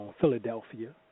Philadelphia